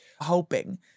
hoping